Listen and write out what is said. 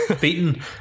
beaten